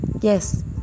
Yes